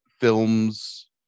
films